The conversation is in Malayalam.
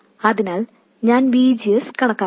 അതിനാൽ ഞാൻ V G S കണക്കാക്കുന്നു